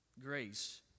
Grace